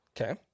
Okay